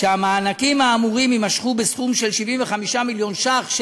שהמענקים האמורים יימשכו בסך 75 מיליון ש"ח.